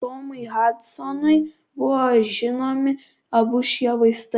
tomui hadsonui buvo žinomi abu šie vaistai